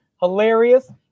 hilarious